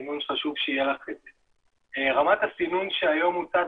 הסינון שחשוב שיהיה --- רמת הסינון שהיום מוצעת